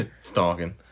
Stalking